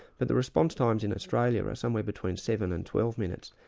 but the response times in australia are somewhere between seven and twelve minutes,